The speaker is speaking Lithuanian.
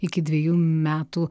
iki dvejų metų